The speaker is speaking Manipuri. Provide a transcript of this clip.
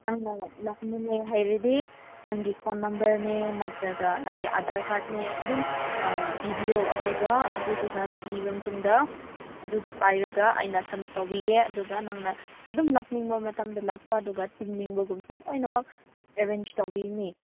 ꯅꯪꯅ ꯂꯥꯛꯅꯤꯡꯉꯦ ꯍꯥꯏꯔꯗꯤ ꯅꯪꯒꯤ ꯐꯣꯟ ꯅꯝꯕꯔꯅꯦ ꯅꯠꯇ꯭ꯔꯒ ꯅꯪꯒꯤ ꯑꯗꯥꯔ ꯀꯥꯔꯗꯅꯦ ꯑꯗꯨꯝ ꯑꯥ ꯄꯤꯕꯤꯌꯣ ꯑꯗꯨꯒ ꯑꯗꯨꯗꯨꯅ ꯄꯤꯕ ꯃꯇꯨꯡꯗ ꯑꯗꯨꯗꯨ ꯄꯥꯏꯔꯒ ꯑꯩꯅ ꯁꯞꯃꯤꯠ ꯇꯧꯕꯤꯒꯦ ꯑꯗꯨꯒ ꯅꯪꯅ ꯑꯗꯨꯝ ꯂꯥꯛꯅꯤꯡꯕ ꯃꯇꯝꯗ ꯂꯥꯛꯄ ꯑꯗꯨꯒ ꯇꯨꯝꯅꯤꯡꯕꯒꯨꯝꯕꯁꯨ ꯂꯣꯏꯅꯃꯛ ꯑꯦꯔꯦꯟꯖ ꯇꯧꯕꯤꯒꯅꯤ